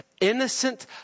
innocent